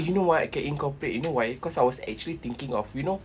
eh you know what I can incorporate you know why cause I was actually thinking of you know